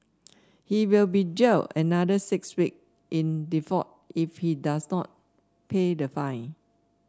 he will be jailed another six week in default if he does not pay the fine